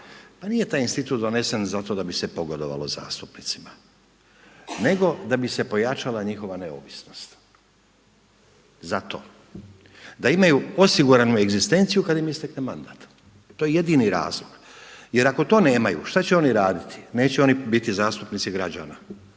pa nije taj institut donesen zato da bi se pogodovalo zastupnicima nego da bi se pojačala njihova neovisnost, zato, da imaju osiguranu egzistenciju kad im istekne mandata, to je jedini razlog. Jer ako to nemaju šta će oni raditi? Neće oni biti zastupnici građana,